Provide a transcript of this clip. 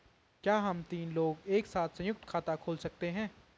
क्या हम तीन लोग एक साथ सयुंक्त खाता खोल सकते हैं?